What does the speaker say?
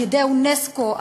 על-ידי אונסק"ו,